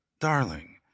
darling